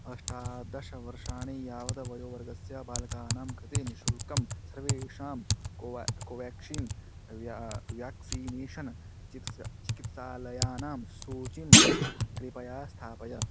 अष्टादशवर्षाणि यावत् वयोवर्गस्य बालकानां कृते निःशुल्कं सर्वेषां कोवा कोवेक्षीन् व्या व्याक्सीनेषन् चिक्स् चिकित्सालयानां सूचिं कृपया स्थापय